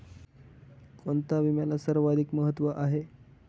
कोणता विम्याला सर्वाधिक महत्व आहे?